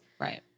Right